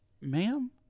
ma'am